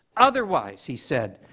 otherwise, he said,